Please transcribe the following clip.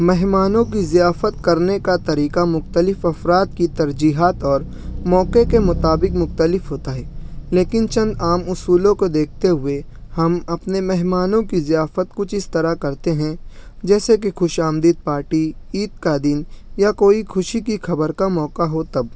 مہمانوں کی ضیافت کرنے کا طریقہ مختلف افراد کی ترجیحات اور موقع کے مطابق مختلف ہوتا ہے لیکن چند عام اصولوں کو دیکھتے ہوئے ہم اپنے مہمانوں کی ضیافت کچھ اس طرح کرتے ہیں جیسے کہ خوش آمدید پارٹی عيد کا دن يا کوئى خوشى کى خبر کا موقع ہو تب